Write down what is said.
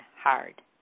hard